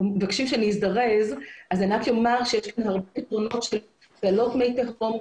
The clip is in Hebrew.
אני רק אומר שיש לנו פתרונות למי תהום,